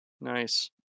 Nice